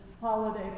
holiday